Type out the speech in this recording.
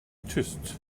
tyst